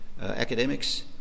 academics